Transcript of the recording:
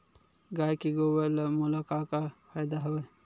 गाय के गोबर ले मोला का का फ़ायदा हवय?